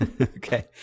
Okay